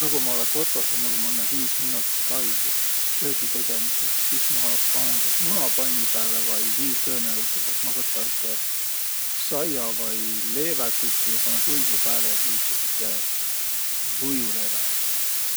No ku ma olõ kotoh ja mul um õnnõ viis minotit aigo söögitegemises, sis ma panõ kas muna panni pääle vai viil tõõnäolidsõmbalt ma võta üte saia- vai leevätükü ja panõ võiu pääle ja tii üts- üte võiuleevä.